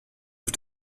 auf